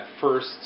first